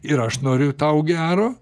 ir aš noriu tau gero